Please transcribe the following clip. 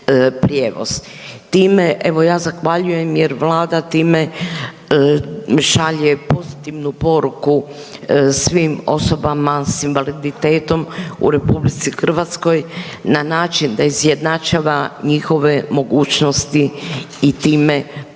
Time, evo ja zahvaljujem jer vlada time šalje pozitivnu poruke svim osobama s invaliditetom u RH na način da izjednačava njihove mogućnosti i time poštujemo